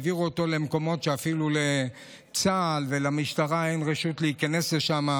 העבירו אותו למקומות שאפילו לצה"ל ולמשטרה אין רשות להיכנס לשם,